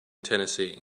tennessee